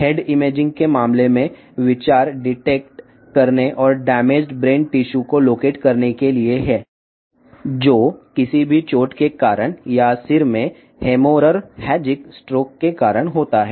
head imaging విషయంలో దెబ్బతిన్న మెదడు కణజాలాన్ని గుర్తించడం ఇది ఏదైనా గాయం కారణంగా లేదా తలలో రక్తస్రావం స్ట్రోక్ కారణంగా జరుగుతుంది